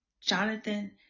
Jonathan